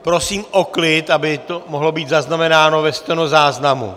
Prosím o klid, aby to mohlo být zaznamenáno ve stenozáznamu.